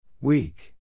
Weak